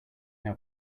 how